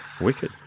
Wicked